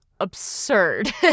absurd